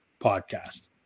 Podcast